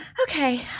Okay